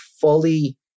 fully